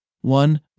one